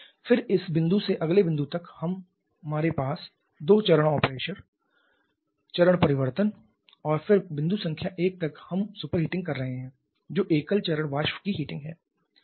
फिर इस बिंदु से अगले बिंदु तक हमारे पास दो चरण ऑपरेशन चरण परिवर्तन और फिर बिंदु संख्या 1 तक हम सुपरहीटिंग कर रहे हैं जो एकल चरण वाष्प की हीटिंग है